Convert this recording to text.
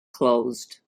closed